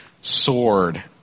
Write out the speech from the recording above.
sword